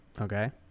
Okay